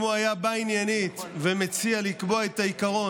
אם הוא היה בא עניינית ומציע לקבוע את העיקרון